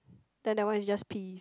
then that one is just peas